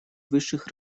высших